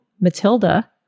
Matilda